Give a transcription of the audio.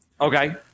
Okay